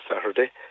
Saturday